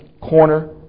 corner